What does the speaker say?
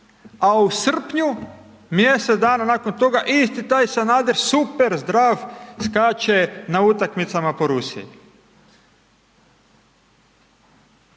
a u srpnju, mjesec dana nakon toga, isti taj Sanader super zdrav, skače na utakmicama po Rusiji